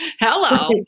Hello